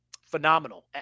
Phenomenal